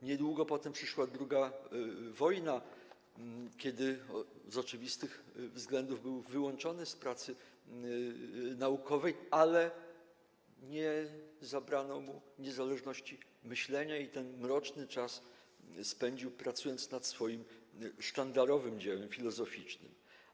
Niedługo przyszła II wojna światowa, kiedy z oczywistych względów był wyłączony z pracy naukowej, ale nie zabrano mu niezależności myślenia i ten mroczny czas spędził, pracując nad swoim standardowym dziełem filozoficznym.